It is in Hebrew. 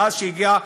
מאז הגיע,